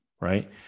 right